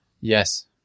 Yes